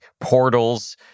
portals